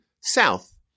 south